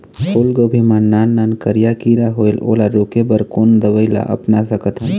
फूलगोभी मा नान नान करिया किरा होयेल ओला रोके बर कोन दवई ला अपना सकथन?